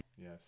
Yes